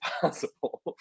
possible